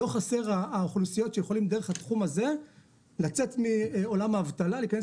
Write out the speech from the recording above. לא חסרות אוכלוסיות שיכולות דרך התחום הזה לצאת מעולם האבטלה ולהיכנס